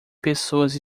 pessoas